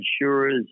insurers